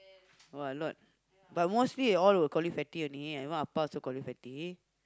!wah! a lot but mostly all will call you fatty only even ah pa also call you fatty